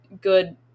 good